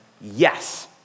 yes